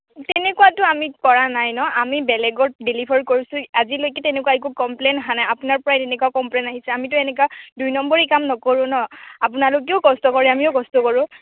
তেনেকুৱাটো আমি কৰা নাই নহ্ আমি বেলেগত ডেলিভাৰ কৰিছোঁ আজিলৈকে তেনেকুৱা একো কম্প্লেইন অহা নাই আপোনাৰ পৰাই তেনেকুৱা কম্প্লেইন আহিছে আমিতো এনেকুৱা দুই নম্বৰি কাম নকৰোঁ নহ্ আপোনালোকেও কষ্ট কৰে আমিও কষ্ট কৰোঁ